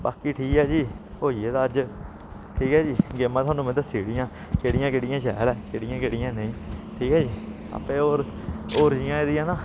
बाकी ठीक ऐ जी होई गे दा अज्ज ठीक ऐ जी गेमां थुहानूं में दस्सी ओड़ियां केह्ड़ियां केह्ड़ियां शैल ऐ केह्ड़ियां केह्ड़ियां नेईं ठीक ऐ जी आपें होर होर जि'यां एह्दियां ना